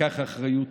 לקח אחריות,